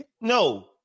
No